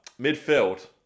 midfield